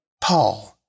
Paul